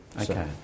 Okay